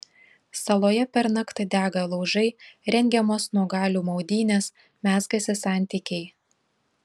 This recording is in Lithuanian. saloje pernakt dega laužai rengiamos nuogalių maudynės mezgasi santykiai